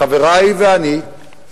חברי ואני,